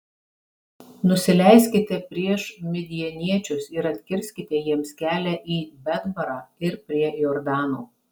nusileiskite prieš midjaniečius ir atkirskite jiems kelią į betbarą ir prie jordano